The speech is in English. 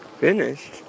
finished